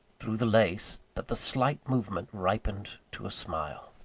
through the lace, that the slight movement ripened to a smile.